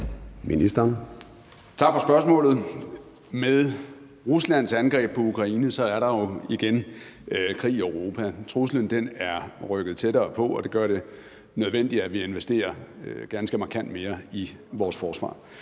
Tak for spørgsmålet. Med Ruslands angreb på Ukraine er der jo igen krig i Europa. Truslen er rykket tættere på, og det gør det nødvendigt, at vi investerer ganske markant mere i vores forsvar.